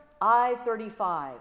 I-35